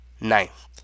Ninth